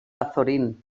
azorín